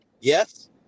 Yes